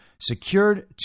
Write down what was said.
secured